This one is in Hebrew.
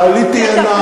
ועליתי הנה,